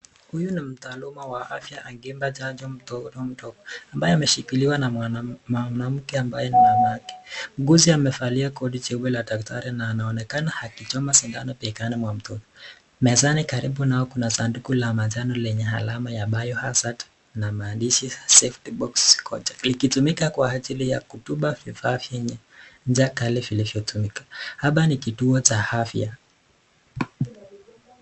Huyu ni mtaalamu wa afya akimpa chanjo mtu ambaye ameshikiliwa na mwanamke ambaye ni dadake. Muuguzi amevalia koti jeupe la daktari na anaonekana akichoma sindano begani mwa mtoto. Mezani karibu nao kuna sanduku la majani lenye alama ya [Biohazard] na maandishi ya [safety box] ziko. Likitumika kwa ajili ya kutupa vifaa venye njaa kali vilivyotumika . Hapa ni kituo cha afya.